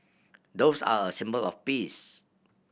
doves are a symbol of peace